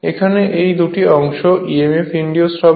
এখানে এই দুটি অংশে emf ইন্ডিউজড হবে